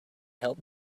help